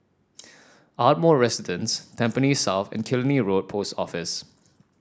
Ardmore Residence Tampines South and Killiney Road Post Office